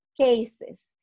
cases